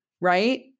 right